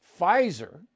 Pfizer